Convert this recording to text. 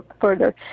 further